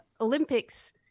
Olympics